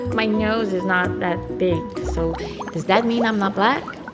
my nose is not that big, so does that mean i'm not black?